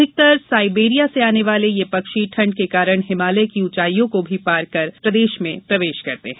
अधिकतर साइबेरिया से आने वाले ये पक्षी ठण्ड के कारण हिमालय की ऊंचाइयों को भी पार कर प्रदेश में पहुंचते हैं